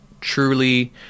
truly